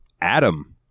Adam